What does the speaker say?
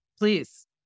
please